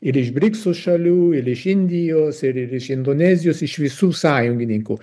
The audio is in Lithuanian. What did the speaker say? ir iš brikso šalių ir iš indijos ir ir iš indonezijos iš visų sąjungininkų